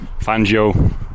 Fangio